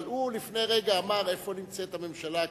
אבל לפני רגע הוא אמר: איפה נמצאת הממשלה כאשר,